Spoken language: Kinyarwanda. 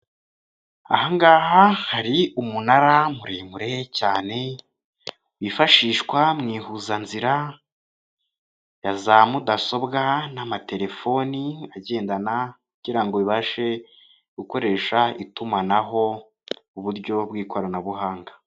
Ahangaha hari umunara muremure cyane wifashishwa mu ihuzanzira ya za mudasobwa n'amatelefoni agendana, kugira ngo bibashe gukoresha itumanaho uburyo bw'ikoranabuhanga.